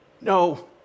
No